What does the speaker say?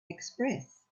express